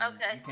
Okay